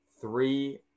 three